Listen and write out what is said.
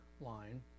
line